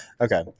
Okay